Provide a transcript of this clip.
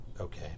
Okay